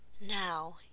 Now